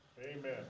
Amen